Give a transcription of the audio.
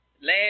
last